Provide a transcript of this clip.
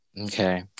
Okay